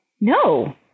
No